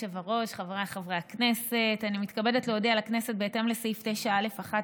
ברשות יושב-ראש הישיבה, הינני מתכבדת להודיעכם, כי